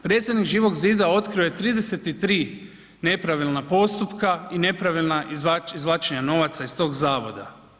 Predsjednik Živog zida otkrio je 33 nepravilna postupka i nepravilna izvlačenja novaca iz tog zavoda.